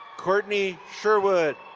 courtney sherwood.